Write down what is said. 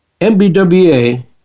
MBWA